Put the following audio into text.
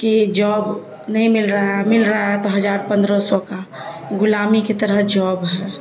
کہ جاب نہیں مل رہا ہے مل رہا ہے تو ہزار پندرہ سو کا غلامی کی طرح جاب ہے